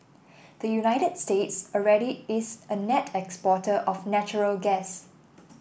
the United States already is a net exporter of natural gas